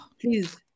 Please